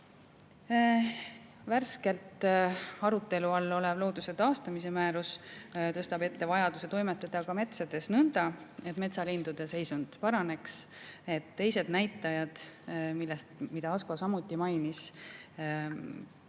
Värskelt arutelu all olev looduse taastamise määrus esitab vajaduse toimetada ka metsades nõnda, et metsalindude seisund paraneks. Teised näitajad, mida Asko samuti mainis